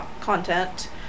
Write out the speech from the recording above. content